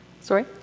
Sorry